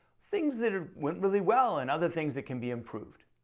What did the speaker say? things that ah went really well and other things that can be improved.